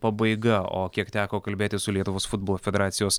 pabaiga o kiek teko kalbėtis su lietuvos futbolo federacijos